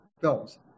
films